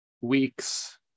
weeks